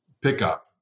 pickup